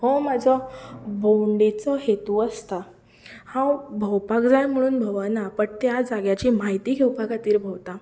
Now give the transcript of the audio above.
हो म्हाजो भोंवडेचो हेतू आसता हांव भोवपाक जाय म्हणून भोंवना बट त्या जाग्याची म्हायती घेवपा खातीर भोंवतां